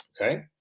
Okay